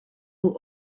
will